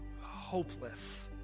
hopeless